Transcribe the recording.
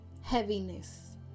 heaviness